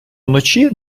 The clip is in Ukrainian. вночі